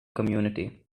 community